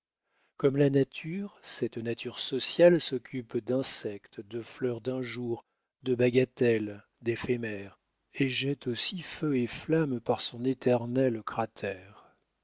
comme la nature cette nature sociale s'occupe d'insectes de fleurs d'un jour de bagatelles d'éphémères et jette aussi feu et flamme par son éternel cratère